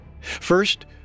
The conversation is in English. First